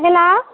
hello